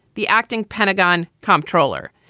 the acting pentagon comptroller.